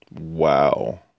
Wow